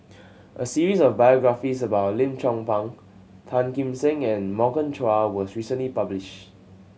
a series of biographies about Lim Chong Pang Tan Kim Seng and Morgan Chua was recently publish